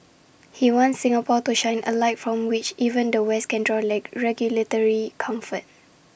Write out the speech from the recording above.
he wants Singapore to shine A light from which even the west can draw leg regulatory comfort